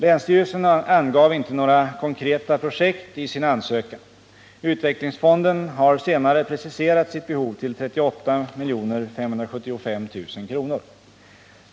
Länsstyrelsen angav inte några konkreta projekt i sin ansökan. Utvecklingsfonden har senare preciserat sitt behov till 38 575 000 kr.